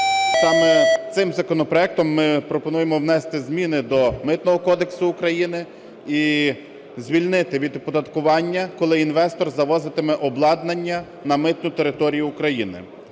Саме цим законопроектом ми пропонуємо внести зміни до Митного кодексу України і звільнити від оподаткування, коли інвестор завозитиме обладнання на митну територію України.